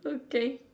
okay